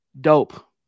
dope